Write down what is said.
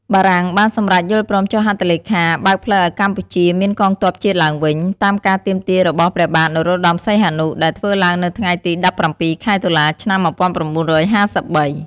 បារាំងបានសំរេចយល់ព្រមចុះហត្ថលេខាបើកផ្លូវឱ្យកម្ពុជាមានកងទ័ពជាតិឡើងវិញ តាមការទាមទារ របស់ព្រះបាទ នរោត្តមសីហនុ ដែលធ្វើឡើងនៅថ្ងៃទី១៧ ខែតុលា ឆ្នាំ ១៩៥៣។